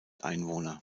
einwohner